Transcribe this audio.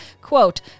Quote